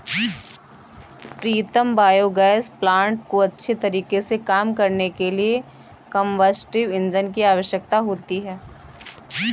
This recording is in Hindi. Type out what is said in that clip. प्रीतम बायोगैस प्लांट को अच्छे तरीके से काम करने के लिए कंबस्टिव इंजन की आवश्यकता होती है